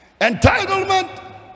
Entitlement